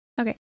Okay